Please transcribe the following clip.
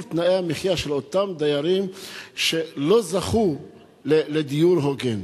תנאי המחיה של אותם דיירים שלא זכו לדיור הוגן.